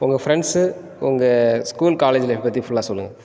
உங்கள் ஃப்ரெண்ட்ஸ் உங்கள் school college life பற்றி ஃபுல்லாக சொல்லுங்க